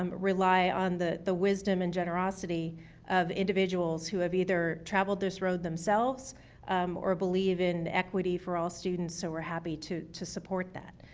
um rely on the the wisdom and generosity of individuals who have either traveled this road themselves or believe in equity for all students so were happy to to support that.